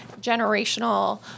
generational